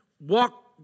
walk